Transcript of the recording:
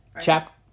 Chap